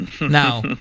Now